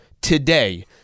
today